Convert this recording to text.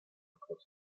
otros